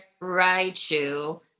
Raichu